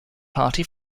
party